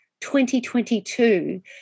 2022